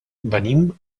venim